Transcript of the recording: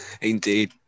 Indeed